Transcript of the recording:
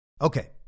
Okay